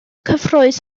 cyffrous